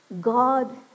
God